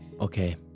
Okay